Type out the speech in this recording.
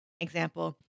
example